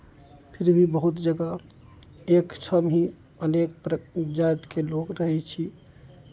फिर भी बहुत जगह एक ठाम ही अनेक प्र जातिके लोक रहै छी